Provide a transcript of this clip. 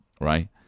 right